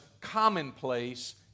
commonplace